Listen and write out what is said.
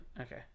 Okay